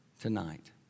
tonight